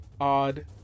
Odd